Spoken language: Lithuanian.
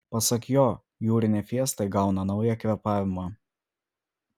pasak jo jūrinė fiesta įgauna naują kvėpavimą